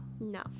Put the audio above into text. No